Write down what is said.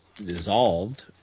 dissolved